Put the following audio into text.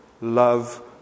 love